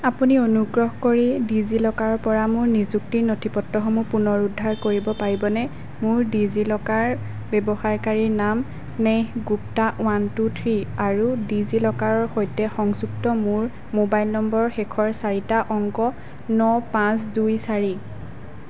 আপুনি অনুগ্ৰহ কৰি ডিজি লকাৰৰ পৰা মোৰ নিযুক্তিৰ নথিপত্ৰসমূহ পুনৰুদ্ধাৰ কৰিব পাৰিবনে মোৰ ডিজি লকাৰ ব্যৱহাৰকাৰী নাম Neha Gupta one two three আৰু ডিজি লকাৰৰ সৈতে সংযুক্ত মোৰ মোবাইল নম্বৰৰ শেষৰ চাৰিটা অংক ন পাঁচ দুই চাৰি